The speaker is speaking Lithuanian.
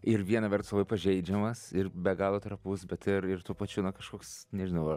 ir viena vertus pažeidžiamas ir be galo trapus bet ir ir tuo pačiu na kažkoks nežinau ar